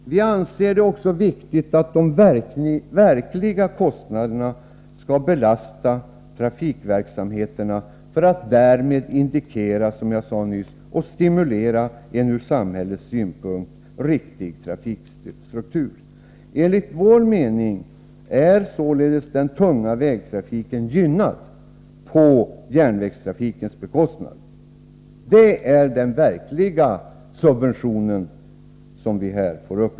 Vi anser det också viktigt att de verkliga kostnaderna skall belasta trafikverksamheterna för att därmed, som jag sade nyss, indikera och stimulera en ur samhällets synpunkt riktig trafikstruktur. Enligt vår mening är således den tunga vägtrafiken gynnad på järnvägstrafikens bekostnad. Det är den verkliga subventionen.